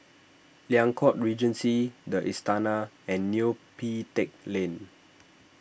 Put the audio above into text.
Liang Court Regency the Istana and Neo Pee Teck Lane